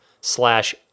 slash